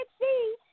see